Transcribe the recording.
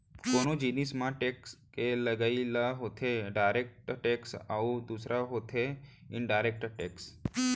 कोनो जिनिस म टेक्स के लगई ह होथे डायरेक्ट टेक्स अउ दूसर होथे इनडायरेक्ट टेक्स